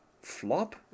flop